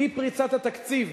אי-פריצת התקציב,